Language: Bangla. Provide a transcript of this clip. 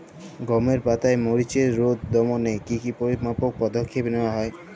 গমের পাতার মরিচের রোগ দমনে কি কি পরিমাপক পদক্ষেপ নেওয়া হয়?